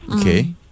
Okay